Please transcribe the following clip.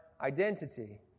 identity